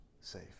safe